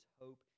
hope